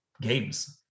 games